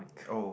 oh